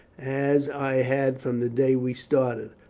as i had from the day we started.